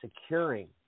securing